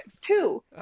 two